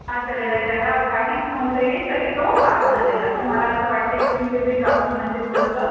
pass झालेला आहे ज्याला काहीच नव्हतं येत तरी तो पास झालेला तर मला असं वाटते की तुम्ही तिथे जाऊन म्हणजे थोडंसं